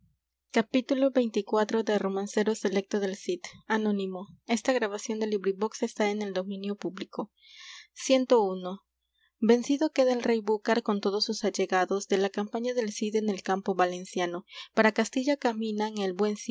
su curso ci vencido queda el rey búcar con todos sus allegados de la campaña del cid en el campo valenciano para castilla caminan el buen